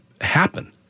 happen